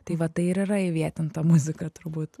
tai va tai ir yra įvietinta muzika turbūt